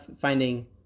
finding